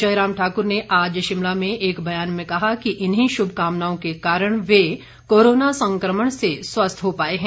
जयराम ठाकुर ने आज शिमला में एक बयान में कहा कि इन्हीं शुभकामनाओं के कारण वे कोरोना संक्रमण से स्वस्थ हो पाए हैं